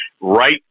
right